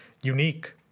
unique